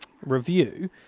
review